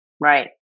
Right